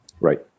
right